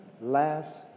last